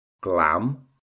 glam